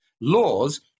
laws